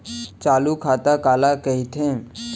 चालू खाता काला कहिथे?